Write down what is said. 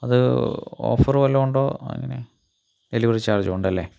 അത് ഓഫർ വല്ലതുമുണ്ടോ എങ്ങനെയാനണ് ഡെലിവറി ചാർജ് ഉണ്ടല്ലേ